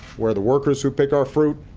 where the workers who pick our fruit